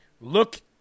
Look